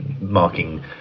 marking